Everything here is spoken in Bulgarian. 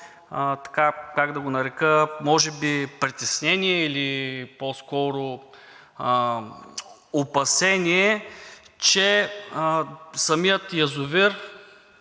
нас витае и едно може би притеснение или по-скоро опасение, че самият язовир